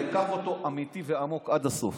וקח אותו אמיתי ועמוק עד הסוף.